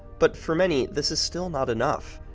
but for many, this is still not enough.